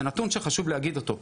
זה נתון חשוב וחשוב לציין אותו.